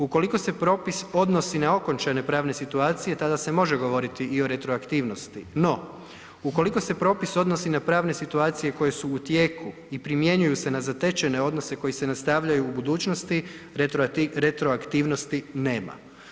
Ukoliko se propis odnosi na okončane pravne situacije tada se može govoriti i o retroaktivnosti, no ukoliko se propis odnosi na pravne situacije koje su u tijeku i primjenjuju se na zatečene odnose koji se nastavljaju u budućnosti, retroaktivnosti nema.